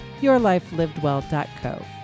yourlifelivedwell.co